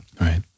Right